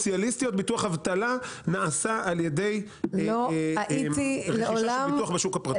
הסוציאליסטיות ביטוח אבטלה נעשה על ידי רכישה של ביטוח בשוק הפרטי.